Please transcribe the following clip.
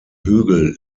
hügel